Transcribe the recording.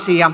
asia